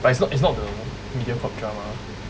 but it's not it's not the Mediacorp drama